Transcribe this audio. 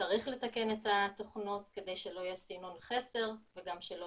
צריך לתקן את התכנית כדי שלא יהיה סינון חסר וגם שלא